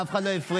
אף אחד לא הפריע.